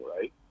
Right